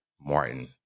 Martin